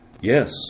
Yes